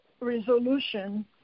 resolution